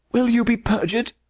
will you be perjured?